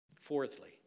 Fourthly